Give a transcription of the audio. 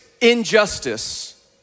injustice